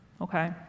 okay